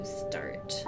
start